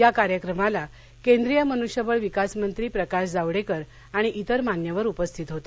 या कार्यक्रमाला केंद्रीय मन्ष्यबळ विकास मंत्री प्रकाश जावडेकर आणि जिर मान्यवर उपस्थित होते